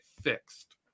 fixed